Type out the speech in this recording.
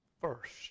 first